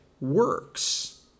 works